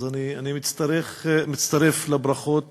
אני מצטרף לברכות